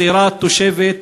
צעירה תושבת